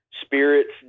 spirits